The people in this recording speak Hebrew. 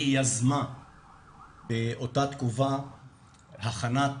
היא יזמה באותה תקופה הכנת